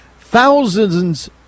thousands